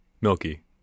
milky